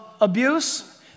abuse